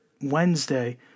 Wednesday